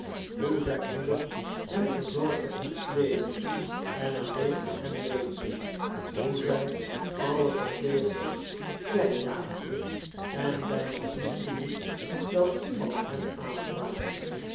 hoe zijn moeder hem verzorgde en kleedde en alleen voor hem leefde hoe zij alle verpleegsters wegjaagde en bijna niet toeliet dat iemand hem aanraakte